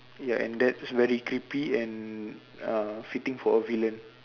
ya and that's very creepy and uh fitting for a villain